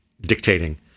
dictating